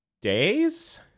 days